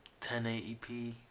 1080p